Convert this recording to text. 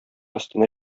өстенә